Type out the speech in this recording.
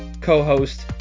co-host